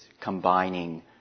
combining